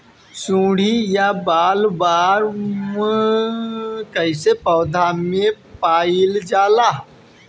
सुंडी या बॉलवर्म कौन पौधा में पाइल जाला?